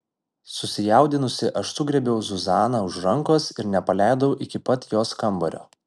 susijaudinusi aš sugriebiau zuzaną už rankos ir nepaleidau iki pat jos kambario